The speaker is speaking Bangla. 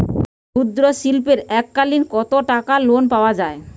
ক্ষুদ্রশিল্পের এককালিন কতটাকা লোন পাওয়া য়ায়?